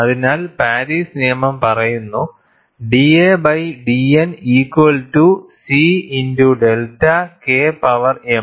അതിനാൽ പാരീസ് നിയമം പറയുന്നു da by dN equal to C into delta K power m